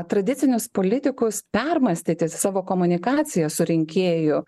tradicinius politikus permąstyti savo komunikaciją su rinkėju